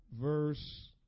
verse